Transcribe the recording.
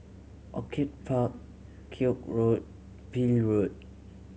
Orchid Park Koek Road Peel Road